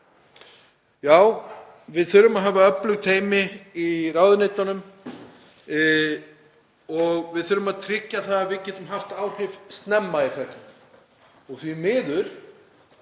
Já, við þurfum að hafa öflug teymi í ráðuneytunum og við þurfum að tryggja að við getum haft áhrif snemma í ferlinu. Því miður